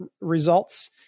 results